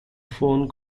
phone